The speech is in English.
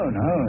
no